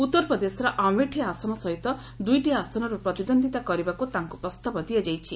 ଉତ୍ତର ପ୍ରଦେଶର ଆମେଠି ଆସନ ସହିତ ଦୁଇଟି ଆସନରୁ ପ୍ରତିଦ୍ୱନ୍ଦ୍ୱିତା କରିବାକୁ ତାଙ୍କୁ ପ୍ରସ୍ତାବ ଦିଆଯାଇଛି